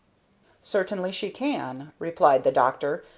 certainly she can, replied the doctor,